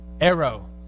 arrow